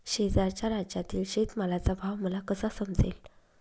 शेजारच्या राज्यातील शेतमालाचा भाव मला कसा समजेल?